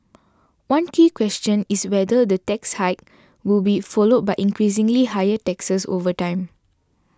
one key question is whether the tax hike will be followed by increasingly higher taxes over time